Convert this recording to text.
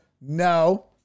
no